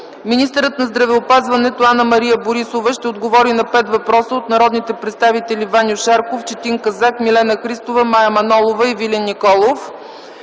Министърът на здравеопазването Анна - Мария Борисова ще отговори на пет въпроса от народните представители: Ваньо Шарков, Четин Казак, Милена Христова, Мая Манолова и Ивелин Николов.